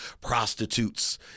prostitutes